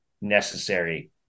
necessary